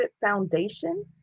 foundation